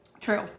True